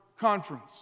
conference